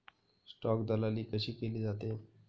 Stock दलाली कशी केली जाते?